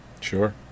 Sure